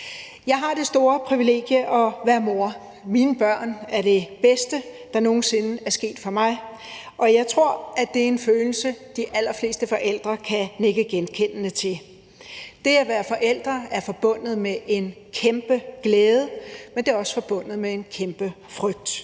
Jeg har det store privilegium at være mor. Mine børn er det bedste, der nogen sinde er sket for mig, og jeg tror, det er en følelse, de allerfleste forældre kan nikke genkendende til. Det at være forældre er forbundet med en kæmpe glæde, men det er også forbundet med en kæmpe frygt.